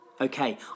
Okay